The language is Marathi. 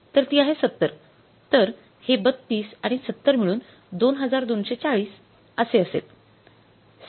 तर ती आहे ७० तर हे ३२ आणि ७० मिळून २२४०असे असेल